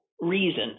reason